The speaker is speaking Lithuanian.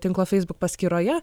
tinklo facebook paskyroje